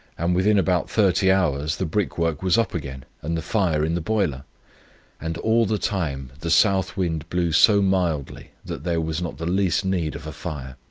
and within about thirty hours the brickwork was up again, and the fire in the boiler and all the time the south wind blew so mildly, that there was not the least need of a fire.